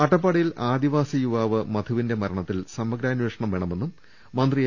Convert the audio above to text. അട്ടപ്പാടിയിൽ ആദിവാസി യുവാവ് മധുവിന്റെ മരണത്തിൽ സമ ഗ്രാന്വേഷണം വേണമെന്നും മന്ത്രി എ